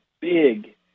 big